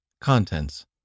Contents